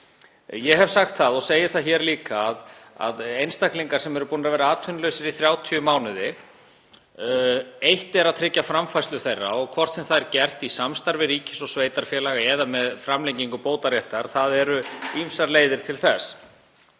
Ég hef sagt það og segi það hér líka varðandi einstaklinga sem eru búnir að vera atvinnulausir í 30 mánuði að eitt er að tryggja framfærslu þeirra, hvort sem það er gert í samstarfi ríkis og sveitarfélaga eða með framlengingu bótaréttar. Það eru ýmsar leiðir til þess.